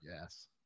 Yes